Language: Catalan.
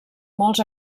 molts